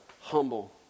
humble